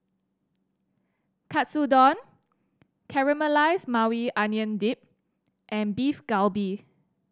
Katsudon Caramelized Maui Onion Dip and Beef Galbi